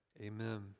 Amen